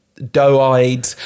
doe-eyed